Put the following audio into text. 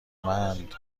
مند